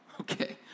Okay